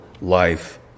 life